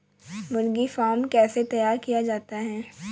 मुर्गी फार्म कैसे तैयार किया जाता है?